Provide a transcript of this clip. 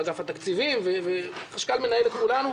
אגף התקציבים והוא מנהל את כולנו.